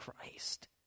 Christ